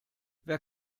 wer